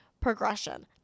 progression